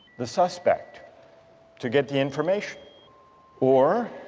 the suspect to get the information or